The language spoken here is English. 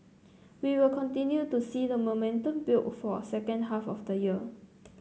we will continue to see the momentum build for the second half of the year